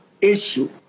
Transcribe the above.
issue